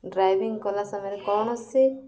driving କଲା ସମୟରେ କୌଣସି